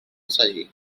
sagí